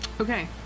okay